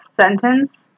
sentence